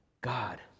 God